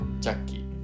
Jackie